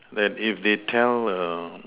that if they tell err